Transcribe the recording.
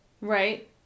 Right